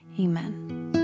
Amen